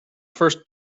first